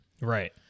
Right